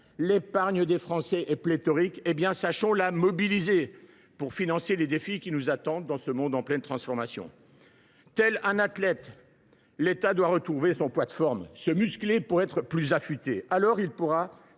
L’épargne des Français est pléthorique. Sachons donc la mobiliser pour financer les défis qui nous attendent dans ce monde en pleine transformation. Tel un athlète, l’État doit retrouver son poids de forme, se muscler pour être plus affûté. Alors